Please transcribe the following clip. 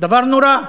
דבר נורא.